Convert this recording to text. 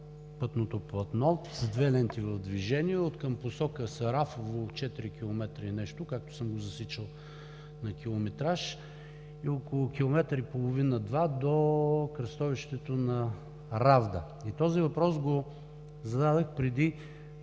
пътното платно, с две ленти за движение откъм посока Сарафово – четири километра и нещо, както съм го засичал на километраж, и около километър и половина-два до кръстовището на Равда. И този въпрос го зададох преди